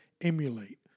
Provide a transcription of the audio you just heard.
emulate